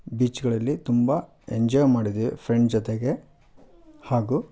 ಬೀಚ್ಗಳಲ್ಲಿ ತುಂಬ ಎಂಜಾಯ್ ಮಾಡಿದಿವಿ ಫ್ರೆಂಡ್ ಜೊತೆಗೆ ಹಾಗು